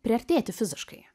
priartėti fiziškai